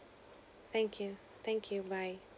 thank you thank you bye